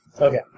Okay